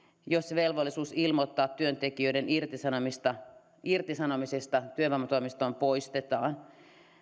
jos velvollisuus ilmoittaa työntekijöiden irtisanomisista irtisanomisista työvoimatoimistoon poistetaan